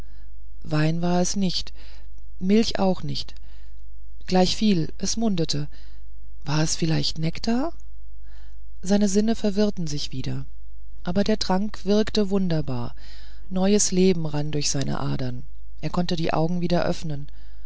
wein war es nicht milch auch nicht gleichviel es mundete war es vielleicht nektar seine sinne verwirrten sich wieder aber der trank wirkte wunderbar neues leben rann durch seine adern er konnte die augen wieder öffnen